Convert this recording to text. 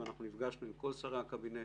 נפגשנו עם כל שרי הקבינט,